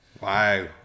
Wow